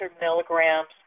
milligrams